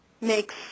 makes